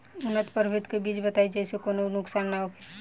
उन्नत प्रभेद के बीज बताई जेसे कौनो नुकसान न होखे?